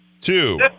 Two